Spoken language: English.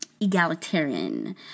egalitarian